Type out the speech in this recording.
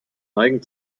neigen